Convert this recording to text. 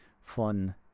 von